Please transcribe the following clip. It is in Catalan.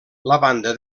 banda